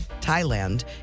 Thailand